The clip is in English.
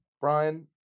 Brian